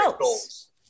goals